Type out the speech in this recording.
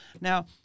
Now